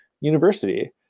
university